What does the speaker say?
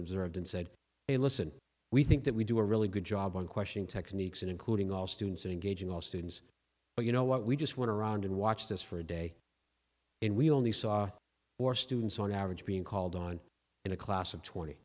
observed and said hey listen we think that we do a really good job on questioning techniques and including all students and engaging all students but you know what we just went around and watched us for a day and we only saw four students on average being called on in a class of twenty